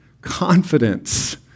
confidence